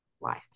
life